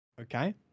okay